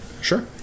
Sure